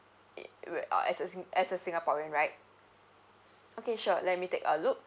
it wait uh as a as a singaporean right okay sure let me take a look